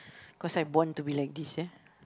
cause I born to be like this ya